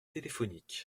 téléphoniques